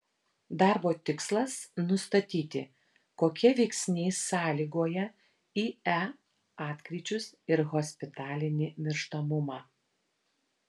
darbo tikslas nustatyti kokie veiksniai sąlygoja ie atkryčius ir hospitalinį mirštamumą